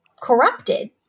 corrupted